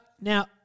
Now